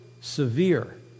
severe